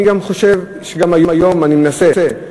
אני גם חושב שגם היום אני מנסה,